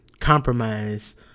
compromise